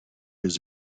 his